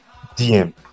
DM